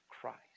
Christ